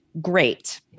great